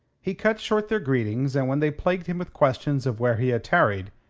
he cut short their greetings, and when they plagued him with questions of where he had tarried,